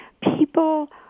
People